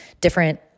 different